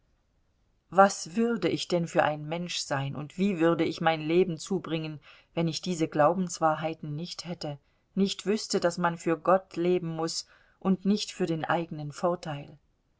was würde ich denn für ein mensch sein und wie würde ich mein leben zubringen wenn ich diese glaubenswahrheiten nicht hätte nicht wüßte daß man für gott leben muß und nicht für den eigenen vorteil